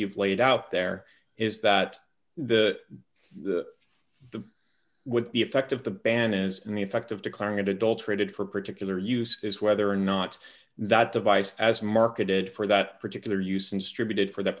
you've laid out there is that the the with the effect of the ban is in the effect of declaring it adulterated for particular use is whether or not that device as marketed for that particular uses tributed for that